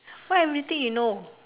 why everything you know